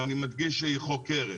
ואני מדגיש כשהיא חוקרת.